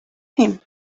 him